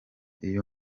iyo